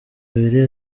abiri